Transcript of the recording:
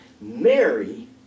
Mary